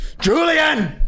Julian